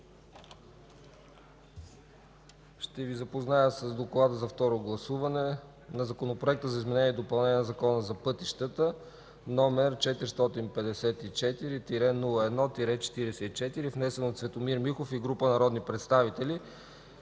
Ще Ви запозная с Доклада за второ гласуване на Законопроект за изменение и допълнение на Закона за пътищата, № 454-01-44, внесен от Цветомир Михов и група народни представители,